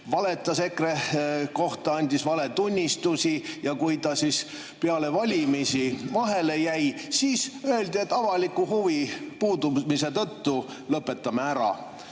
valetas EKRE kohta, andis valetunnistusi ja kui ta peale valimisi vahele jäi, siis öeldi, et avaliku huvi puudumise tõttu lõpetame ära.